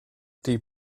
the